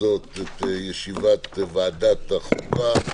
בזאת את ישיבת ועדת החוקה.